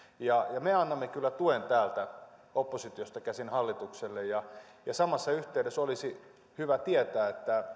me annamme kyllä tuen täältä oppositiosta käsin hallitukselle samassa yhteydessä olisi hyvä tietää